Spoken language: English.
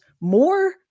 more